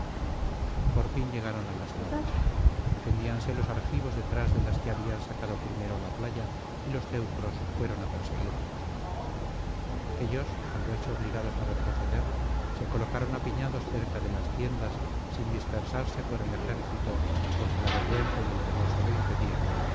por fin llegaron á las naves defendíanse los argivos detrás de las que se habían sacado primero á la playa y los teneros fueron á perseguirlos aquéllos al verse obligados á retroceder se colocaron apiñados cerca de las tiendas sin dispersarse por el ejército porque la vergüenza y el temor se lo impedían